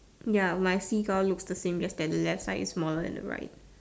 ya my fish all look the same just that the left side look smaller than the right